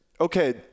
okay